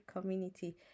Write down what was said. community